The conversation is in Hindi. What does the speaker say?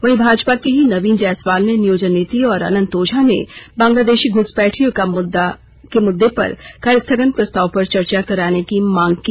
वहीं भाजपा के ही नवीन जायसवाल ने नियोजन नीति और अनंत ओझा ने बांग्लादेशी घुसपैठियों का मुद्दे पर कार्यस्थगन प्रस्ताव पर चर्चा कराने की मांग की